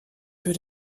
für